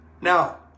Now